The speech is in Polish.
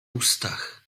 ustach